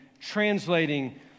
translating